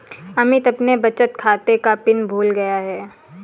अमित अपने बचत खाते का पिन भूल गया है